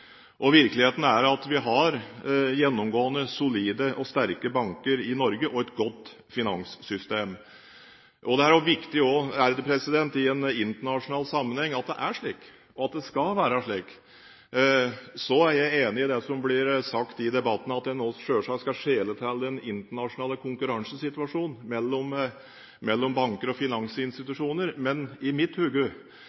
banker. Virkeligheten er at vi gjennomgående har solide og sterke banker i Norge og et godt finanssystem. Det er viktig også i en internasjonal sammenheng at det er slik, og at det skal være slik. Så er jeg enig i det som blir sagt i debatten, at en selvsagt skal skjele til den internasjonale konkurransesituasjonen mellom banker og